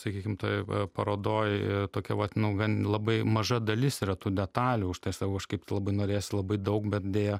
sakykim taip parodoj tokia vat nu gan labai maža dalis yra tų detalių užtai aš sakau aš kaip labai norėsiu labai daug bet deja